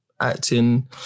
acting